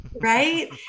Right